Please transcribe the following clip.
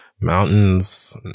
mountains